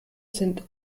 sind